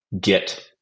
get